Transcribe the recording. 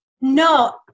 No